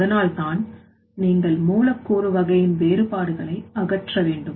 அதனால்தான் நீங்கள் மூலக்கூறு வகையின் வேறுபாடுகளை அகற்ற வேண்டும்